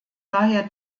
daher